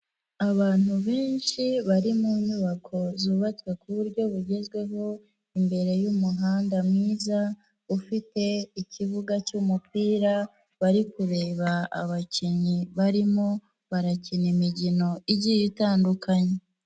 Abantu benshi bari mu nyubako zubatswe ku buryo bugezweho imbere y'umuhanda mwiza ufite ikibuga cy'umupira, bari kureba abakinnyi barimo barakina imikino igiye itandukanye.